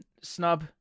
Snub